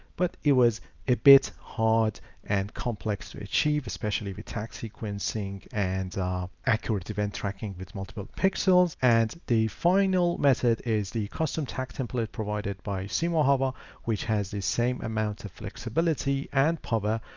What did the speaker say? but it was a bit hard and complex to achieve, especially with tag sequencing and ah accurate event tracking with multiple pixels. and the final method is the custom tag template provided by simo ahava which has the same amount of flexibility and power,